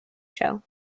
show